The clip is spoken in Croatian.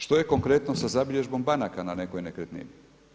Što je konkretno za zabilježbom banaka na nekoj nekretnini?